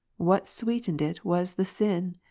what sweetened it was the sin.